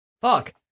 Fuck